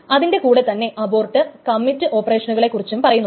അതിന്റെ കൂടെ തന്നെ അബോർട്ട് കമ്മിറ്റ് ഓപ്പറേഷനുകളെ കുറിച്ചും പറയുന്നുണ്ട്